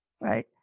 Right